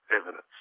evidence